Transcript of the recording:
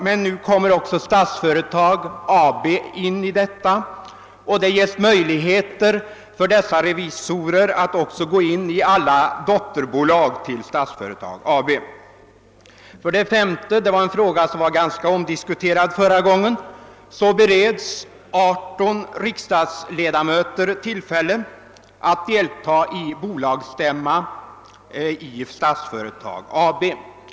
Samma ordning gäller Statsföretag AB, där revisorerna även får möjlighet att gå in i dess dotterbolag. För det femte — det är en fråga som var ganska omdiskuterad förra gången — bereds 18 riksdagsledamöter tillfälle att delta i bolagsstämma i Statsföretag AB.